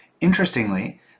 Interestingly